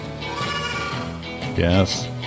Yes